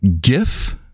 GIF